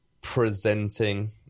presenting